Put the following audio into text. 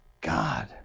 God